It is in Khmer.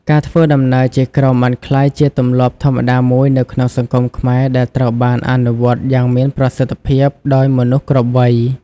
ការធ្វើដំណើរជាក្រុមបានក្លាយជាទម្លាប់ធម្មតាមួយនៅក្នុងសង្គមខ្មែរដែលត្រូវបានអនុវត្តយ៉ាងមានប្រសិទ្ធភាពដោយមនុស្សគ្រប់វ័យ។